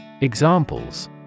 Examples